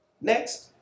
Next